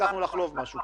הצלחנו לחלוב משהו.